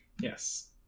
Yes